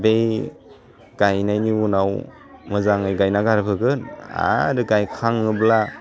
बे गायनायनि उनाव मोजाङै गायना गारबोगोन आरो गाखाङोब्ला